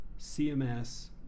CMS